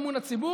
אגב,